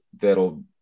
that'll